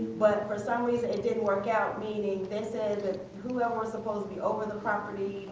but for some reason it didn't work out meaning they said that whoever was supposed to be over the property,